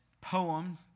poem